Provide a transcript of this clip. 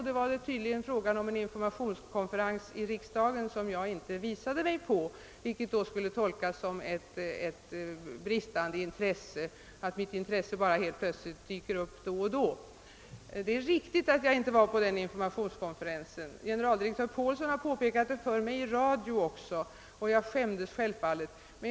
Då var det tydligen fråga om en informationskonferens i riksdagen där jag inte hade visat mig, vilket skulle tolkas så, att mitt intresse för frågan bara dyker upp då och då. Det är riktigt att jag inte var på den informationskonferensen — generaldirektör Paulsson har påpekat det för mig i radio — och jag skäms självfallet för det.